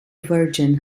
virgin